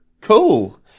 cool